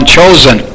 chosen